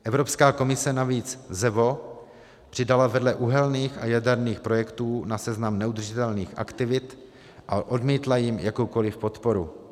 Evropská komise navíc ZEVO přidala vedle uhelných a jaderných projektů na seznam neudržitelných aktivit a odmítla jim jakoukoli podporu.